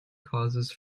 causes